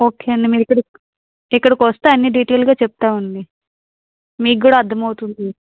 okay అండి మీరు ఇక్కడకి ఇక్కడకి వస్తే అన్ని డీటెయిల్గా చెప్తామండి మీకు కూడా అర్ధమవుతుంది